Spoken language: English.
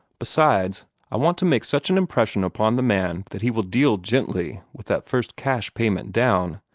besides, i want to make such an impression upon the man that he will deal gently with that first cash payment down.